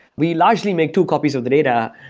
we largely make two copies of the data,